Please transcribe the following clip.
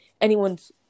anyone's